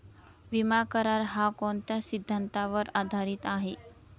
विमा करार, हा कोणत्या सिद्धांतावर आधारीत आहे?